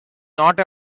not